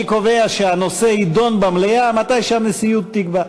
אני קובע שהנושא יידון במליאה בזמן שהנשיאות תקבע.